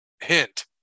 hint